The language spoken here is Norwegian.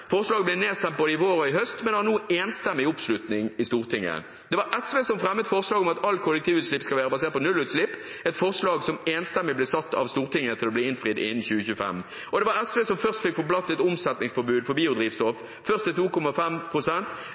Forslaget ble nedstemt både i vår og i høst, men har nå enstemmig oppslutning i Stortinget. Det var SV som fremmet forslaget om at alle kollektivutslipp skal være basert på nullutslipp, et forslag som enstemmig ble satt av Stortinget til å bli innfridd innen 2025. Det var SV som først fikk på plass et omsetningspåbud for biodrivstoff,